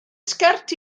sgert